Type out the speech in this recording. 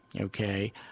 okay